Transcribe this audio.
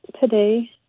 today